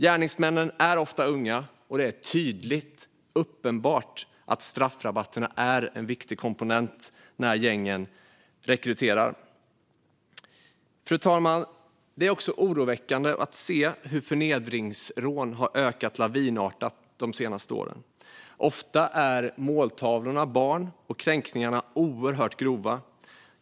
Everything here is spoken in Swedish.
Gärningsmännen är ofta unga, och det är tydligt och uppenbart att straffrabatterna är en viktig komponent när gängen rekryterar. Fru talman! Det är oroväckande att se hur förnedringsrånen har ökat lavinartat de senaste åren. Ofta är måltavlorna barn och kränkningarna oerhört grova.